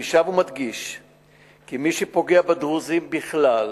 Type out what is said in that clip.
אני שב ומדגיש כי מי שפוגע בדרוזים בכלל,